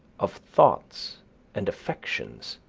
of thoughts and affections